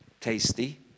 tasty